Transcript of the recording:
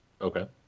Okay